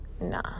nah